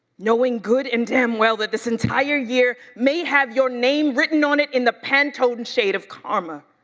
knowing good and damn well that this entire year may have your name written on it in the pentone shade of karma.